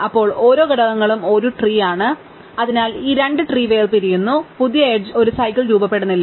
അപ്പോൾ ഓരോ ഘടകങ്ങളും ഒരു ട്രീ ആണ് അതിനാൽ ഈ രണ്ട് ട്രീ വേർപിരിയുന്നു അതിനാൽ പുതിയ എഡ്ജ് ഒരു സൈക്കിൾ രൂപപ്പെടുന്നില്ല